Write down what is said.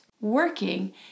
working